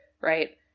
Right